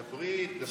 תדברי, תדברי.